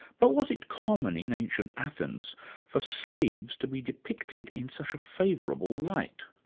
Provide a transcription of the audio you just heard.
but was it common in ancient athens for slaves to be depicted in such a favourable light?